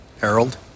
Harold